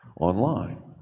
online